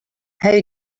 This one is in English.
how